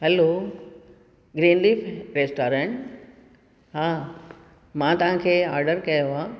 hello green leaf restaurant हा मां तव्हांखे ऑडर कयो आहे